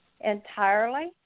entirely